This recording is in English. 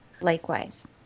Likewise